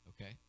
okay